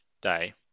day